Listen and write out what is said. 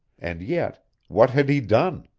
and yet what had he done?